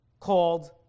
called